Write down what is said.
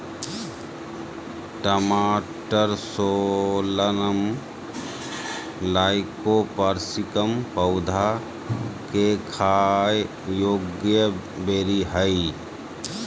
टमाटरसोलनम लाइकोपर्सिकम पौधा केखाययोग्यबेरीहइ